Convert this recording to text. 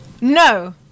No